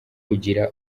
kugira